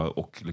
och